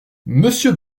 monsieur